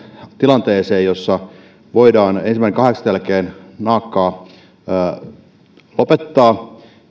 tilanteeseen jossa voidaan ensimmäinen kahdeksatta jälkeen naakkaa lopettaa